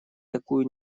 такую